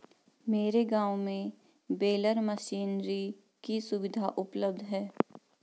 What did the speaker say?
मेरे गांव में बेलर मशीनरी की सुविधा उपलब्ध है